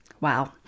Wow